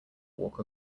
walk